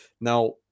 now